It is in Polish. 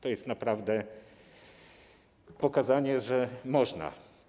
To jest naprawdę pokazanie, że można.